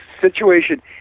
situation